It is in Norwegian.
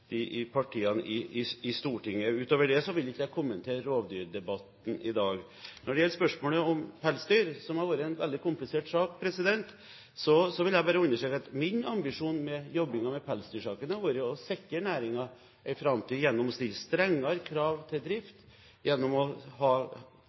skjer blant partiene i Stortinget. Utover det vil jeg ikke kommentere rovdyrdebatten i dag. Når det gjelder spørsmålet om pelsdyr, som har vært en veldig komplisert sak, så vil jeg understreke at min ambisjon under jobbingen med pelsdyrsaken har vært å sikre næringen en framtid, gjennom å stille strengere krav til